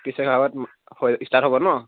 ত্ৰিছ তাৰিখৰ আগত হৈ ষ্টাৰ্ট হ'ব নহ্